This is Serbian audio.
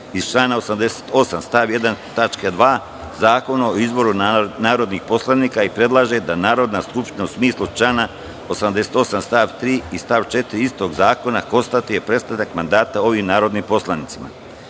1. tačka 2. Zakona o izboru narodnih poslanika i predlaže da Narodna skupština u smislu člana 88. stav 3. i stav 4. istog zakona konstatuje prestanak mandata ovim narodnim poslanicima.U